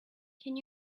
can